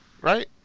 Right